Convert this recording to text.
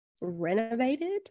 renovated